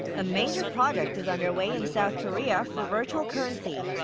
a major project is underway in south korea for virtual currency.